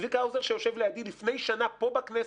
צביקה האוזר, שיושב לידי, לפני שנה, פה בכנסת,